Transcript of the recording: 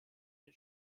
den